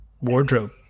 wardrobe